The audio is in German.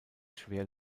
schwer